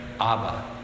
Abba